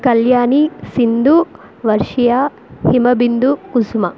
Kalyani Sindhu Varshiya Himabindu Kusum